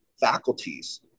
faculties